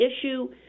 issue